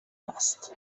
است